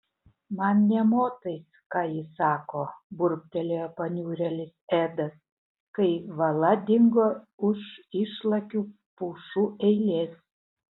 man nė motais ką ji sako burbtelėjo paniurėlis edas kai vala dingo už išlakių pušų eilės